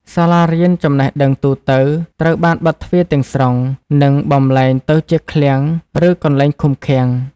សាលារៀនចំណេះដឹងទូទៅត្រូវបានបិទទ្វារទាំងស្រុង និងបំប្លែងទៅជាឃ្លាំង ឬកន្លែងឃុំឃាំង។